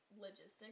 logistics